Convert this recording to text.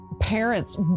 parents